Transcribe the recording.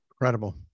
Incredible